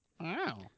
Wow